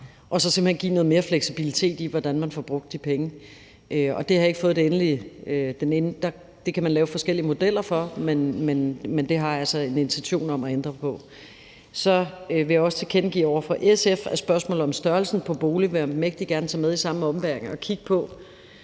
og så simpelt hen give noget mere fleksibilitet i, hvordan man får brugt de penge. Det har jeg ikke fået det endelige svar på, for det kan man lave forskellige modeller for, men jeg har altså en intention om at ændre på det. Så vil jeg også tilkendegive over for SF, at spørgsmålet om størrelsen på boligen vil jeg mægtig gerne tage med i samme ombæring og kigge på,